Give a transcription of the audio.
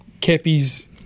Kepi's